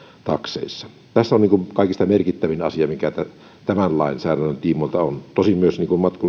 takseissa tässä on kaikista merkittävin asia mikä tämän tämän lainsäädännön tiimoilta on tosin myös